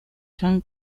john